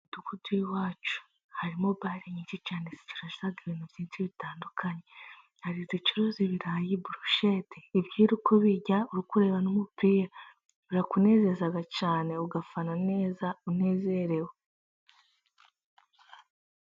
Umudugudu w’iwacu harimo bare nyinshi cyane zicuruza ibintu byinshi bitandukanye. Hari izicuruza ibirayi, burushete, ibyo iyo uri kubirya, uri kureba n’umupira, urakunezeza cyane, ugafana neza, unezerewe.